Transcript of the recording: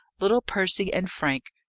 little percy and frank,